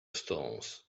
stones